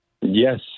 Yes